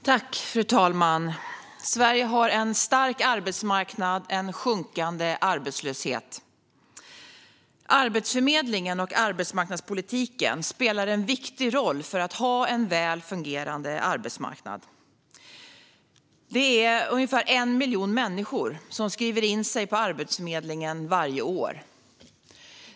Fru talman! Sverige har en stark arbetsmarknad och en sjunkande arbetslöshet. Arbetsförmedlingen och arbetsmarknadspolitiken spelar en viktig roll för att ha en väl fungerande arbetsmarknad. Det är ungefär 1 miljon människor som skriver in sig på Arbetsförmedlingen varje år.